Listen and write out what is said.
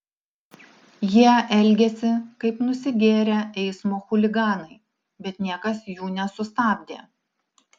jie elgėsi kaip nusigėrę eismo chuliganai bet niekas jų nesustabdė